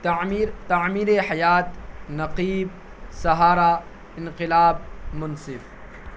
تعمیر تعمیر حیات نقیب سہارا انقلاب منصف